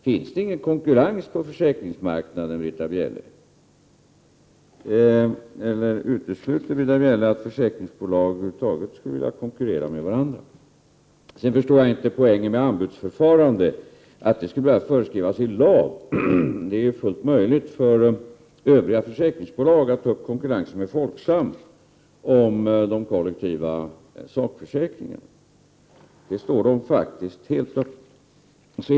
Finns det ingen konkurrens på marknaden, Britta Bjelle, eller utesluter Britta Bjelle att försäkringsbolag över huvud taget skulle vilja konkurrera med varandra? Jag förstår inte poängen med att anbudsförfarande skulle föreskrivas i lag. Det är fullt möjligt för övriga försäkringsbolag att ta upp konkurrensen med Folksam om de kollektiva sakförsäkringarna. Det står faktiskt helt öppet för dem.